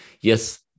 Yes